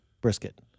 brisket